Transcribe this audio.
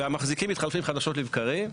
והמחזיקים מתחלפים חדשות לבקרים,